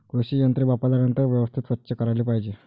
कृषी यंत्रे वापरल्यानंतर व्यवस्थित स्वच्छ करायला पाहिजे